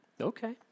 Okay